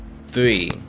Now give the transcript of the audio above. three